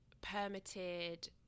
permitted